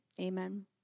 amen